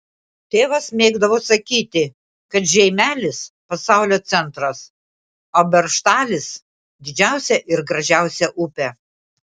tėvas mėgdavo sakyti kad žeimelis pasaulio centras o beržtalis didžiausia ir gražiausia upė